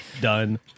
Done